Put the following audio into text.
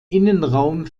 innenraum